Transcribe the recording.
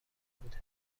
بود